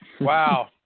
Wow